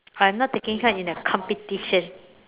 I'm not taking part in a competition